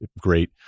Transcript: great